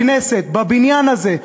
בכנסת, בבניין הזה.